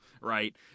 right